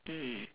mm